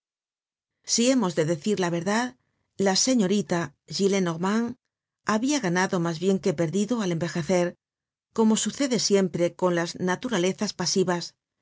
si hemos de decir la verdad la señorita gillenormand habia ganado mas bien que perdido al envejecer como sucede siempre con las na turalezas pasivas